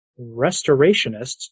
Restorationists